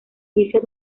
juicio